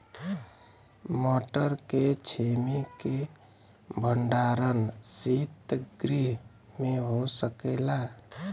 मटर के छेमी के भंडारन सितगृह में हो सकेला?